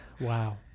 Wow